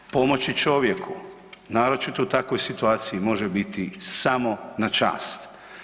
Pomoći čovjeku naročito u takvoj situaciji može biti samo na čast.